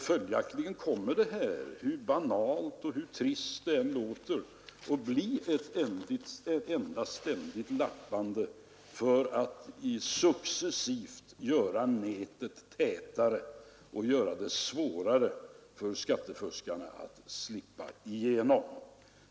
Följaktligen kommer det — hur banalt och trist det än låter — att bli ett ständigt lappande för att successivt göra nätet tätare och försvåra för skattefuskarna att slippa igenom.